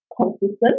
consistent